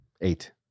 eight